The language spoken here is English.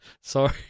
Sorry